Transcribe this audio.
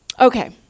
Okay